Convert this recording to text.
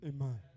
Amen